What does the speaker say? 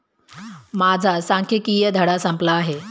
माझा सांख्यिकीय धडा संपला आहे